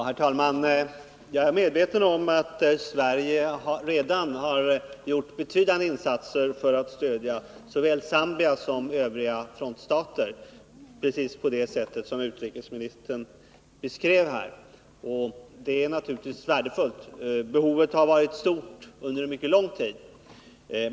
Herr talman! Jag är medveten om att Sverige redan har gjort betydande insatser för att stödja såväl Zambia som övriga frontstater, precis på det sättet som utrikesministern beskrev här. Det är naturligtvis värdefullt. Behovet har varit stort under en mycket lång tid.